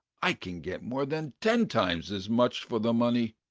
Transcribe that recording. i can get more than ten times as much for the money.